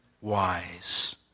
wise